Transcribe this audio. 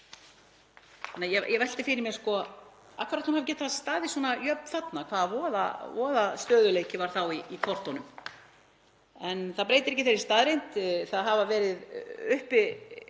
Ég velti fyrir mér, af hverju ætli hún hafi getað staðið svona jöfn þarna, hvað voða stöðugleiki var þá í kortunum? Það breytir ekki þeirri staðreynd að það hafa verið uppi